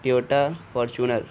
Toyota Fortuner